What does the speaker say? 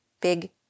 Big